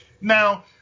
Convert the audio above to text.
Now